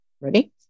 ready